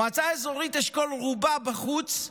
המועצה האזורית אשכול רובה בחוץ,